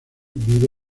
vive